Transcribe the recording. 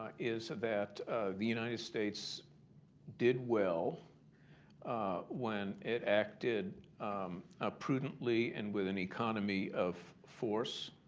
is that the united states did well when it acted ah prudently and with an economy of force,